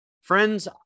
Friends